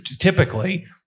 typically